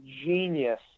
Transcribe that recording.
genius